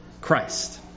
Christ